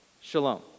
Shalom